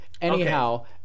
Anyhow